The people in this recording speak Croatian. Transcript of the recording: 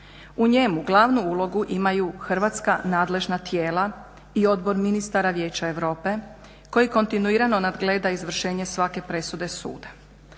U njemu glavu ulogu imaju hrvatska nadležna tijela i Odbor ministara vijeća Europe koji kontinuirano nadgleda izvršenje svake presude suda.